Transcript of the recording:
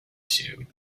two